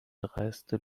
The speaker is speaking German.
dreiste